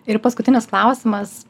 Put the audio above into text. ir paskutinis klausimas